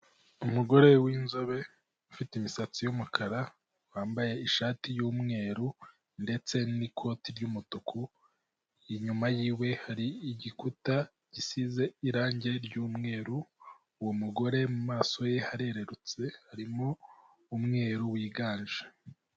Umugore w'inzobe ufite imisatsi y'umukara wambaye ishati y'umweru ndetse n'ikoti ry'umutuku, inyuma yiwe hari igikuta gisize irangi ry'umweru uwo mugore mumaso ye harererutse harimo umweru wiganje.